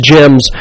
Gems